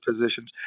positions